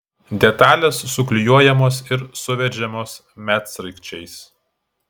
detalės suklijuojamos ir suveržiamos medsraigčiais